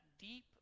deep